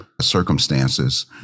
circumstances